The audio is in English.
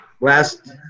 last